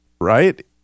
right